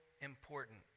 important